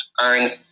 earn